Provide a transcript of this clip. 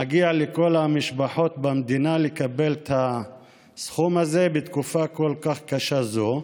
מגיע לכל המשפחות במדינה לקבל את הסכום הזה בתקופה כל כך קשה זו.